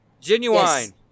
genuine